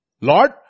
Lord